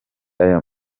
aya